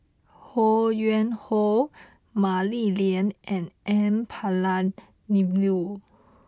Ho Yuen Hoe Mah Li Lian and N Palanivelu